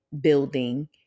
building